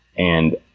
and